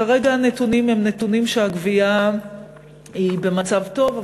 כרגע הנתונים הם שהגבייה במצב טוב,